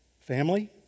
Family